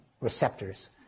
receptors